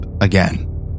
again